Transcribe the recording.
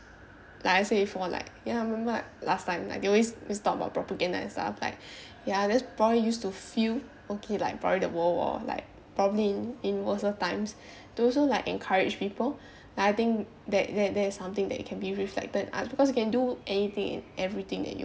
like I say before like ya I remember last time they always always talk about propaganda and stuff like ya that's probably used to feel okay like probably the world war like probably in in worser times those who like encourage people like I think that that is something that it can be reflected because you can do anything and everything that you